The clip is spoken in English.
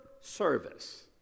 service